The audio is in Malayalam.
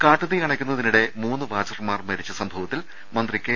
കാട്ടുതീ അണയ്ക്കുന്ന തിനിടെ മൂന്ന് വാച്ചർമാർ മരിച്ച സംഭവത്തിൽ മന്ത്രി കെ